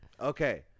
Okay